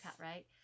right